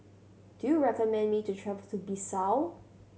do you recommend me to travel to Bissau